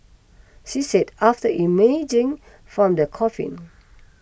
she said after emerging from the coffin